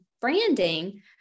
branding